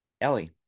Ellie